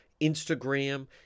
instagram